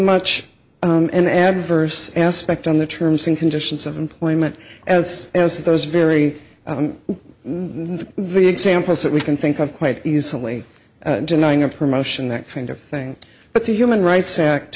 much and adverse aspect on the terms and conditions of employment as as those very moved the examples that we can think of quite easily denying a promotion that kind of thing but the human rights act